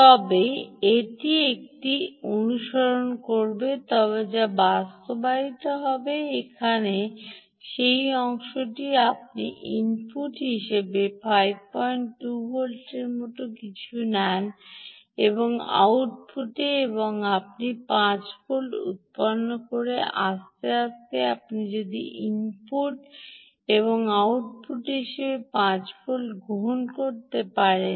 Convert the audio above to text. তবে এটি অনুসরণ করবে তবে যা বাস্তবায়িত হবে এখানে এই অংশটি আপনি ইনপুট হিসাবে 52 ভোল্টের মতো কিছু নেন এবং আউটপুটে আপনি 5 ভোল্ট উত্পন্ন করে আস্তে আস্তে আপনি ইনপুট হিসাবে 5 ভোল্ট গ্রহণ করতে পারেন